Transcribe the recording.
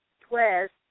twist